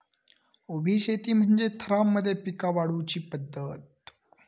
उभी शेती म्हणजे थरांमध्ये पिका वाढवुची पध्दत